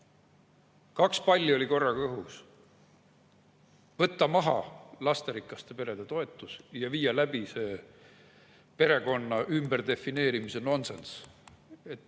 Kaks palli oli korraga õhus: võtta maha lasterikaste perede toetus ja viia läbi see perekonna ümberdefineerimise nonsenss.